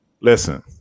listen